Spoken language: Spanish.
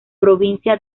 provincia